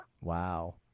Wow